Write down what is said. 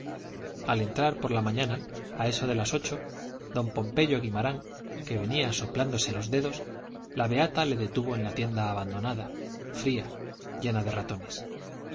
al entrar por la mañana a eso de las ocho don pompeyo guimarán que venía soplándose los dedos la beata le detuvo en la tienda abandonada fría llena de ratones